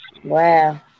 Wow